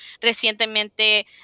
recientemente